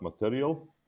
material